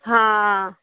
ਹਾਂ